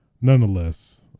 nonetheless